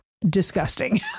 Disgusting